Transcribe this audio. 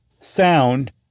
sound